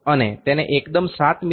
અને તેને એકદમ 7 મી